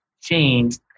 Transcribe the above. change